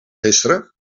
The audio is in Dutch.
gisteren